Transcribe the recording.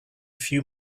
few